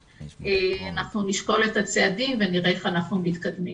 אנחנו נשקול את הצעדים ונראה איך אנחנו מתקדמים.